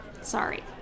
Sorry